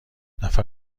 نفر